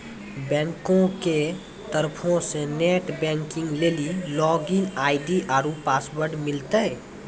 बैंको के तरफो से नेट बैंकिग लेली लागिन आई.डी आरु पासवर्ड मिलतै